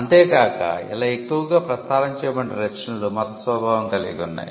అంతే కాక ఇలా ఎక్కువగా ప్రసారం చేయబడిన రచనలు మత స్వభావం కలిగి ఉన్నాయి